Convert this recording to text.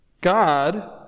God